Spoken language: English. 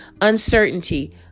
uncertainty